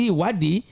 wadi